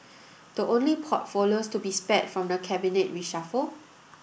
the only portfolios to be spared from the cabinet reshuffle